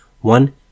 one